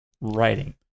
writing